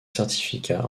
certificat